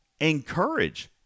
encourage